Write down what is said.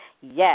Yes